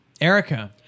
Erica